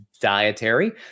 dietary